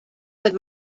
with